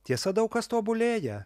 tiesa daug kas tobulėja